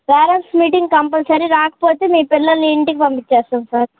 parents meeting compulsory రాకపోతే మీ పిల్లల్ని ఇంటికి పంపించేస్తాం సార్